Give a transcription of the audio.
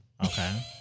Okay